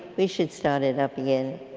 we should start it up again.